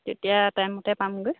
তেতিয়া টাইমতে পামগৈ